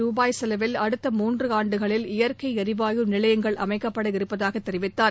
ருபாய் செலவில் அடுத்த மூன்றாண்டுகளில் இயற்கை ளரிவாயு நிலையங்கள் அமைக்கப்பட இருப்பதாக தெரிவித்தார்